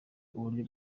uburyo